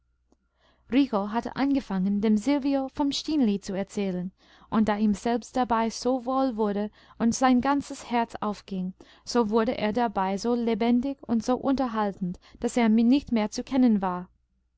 hatte angefangen dem silvio vom stineli zu erzählen und da ihm selbst dabei so wohl wurde und sein ganzes herz aufging so wurde er dabei so lebendig und so unterhaltend daß er nicht mehr zu kennen war